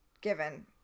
given